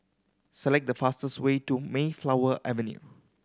select the fastest way to Mayflower Avenue